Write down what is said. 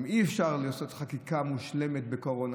גם אי-אפשר לעשות חקיקה מושלמת בקורונה,